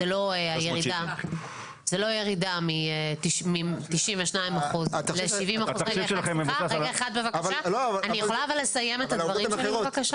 זו לא ירידה מ-92% ל-70% --- אבל העובדות הן אחרות.